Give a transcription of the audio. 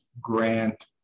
grant